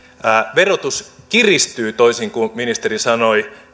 verotus kiristyy toisin kuin ministeri sanoi